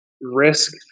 risk